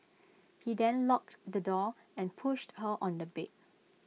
he then locked the door and pushed her on the bed